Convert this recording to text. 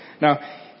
Now